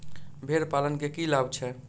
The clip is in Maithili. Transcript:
भेड़ पालन केँ की लाभ छै?